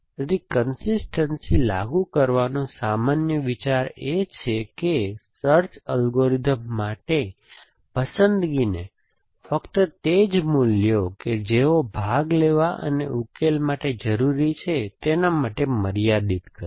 તેથી કન્સિસ્ટનસી લાગુ કરવાનો સામાન્ય વિચાર એ છે કે સર્ચ અલ્ગોરિધમ માટે પસંદગીને ફક્ત તે જ મૂલ્યો કે જેઓ ભાગ લેવા અને ઉકેલો માટે જરૂરી છે તેના માટે મર્યાદિત કરવી